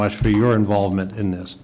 much for your involvement in this